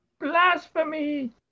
Blasphemy